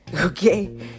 okay